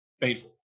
painful